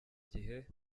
gihe